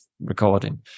recording